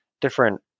different